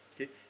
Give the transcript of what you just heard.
okay